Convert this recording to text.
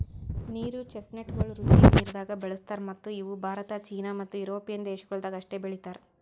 ನೀರು ಚೆಸ್ಟ್ನಟಗೊಳ್ ರುಚಿ ನೀರದಾಗ್ ಬೆಳುಸ್ತಾರ್ ಮತ್ತ ಇವು ಭಾರತ, ಚೀನಾ ಮತ್ತ್ ಯುರೋಪಿಯನ್ ದೇಶಗೊಳ್ದಾಗ್ ಅಷ್ಟೆ ಬೆಳೀತಾರ್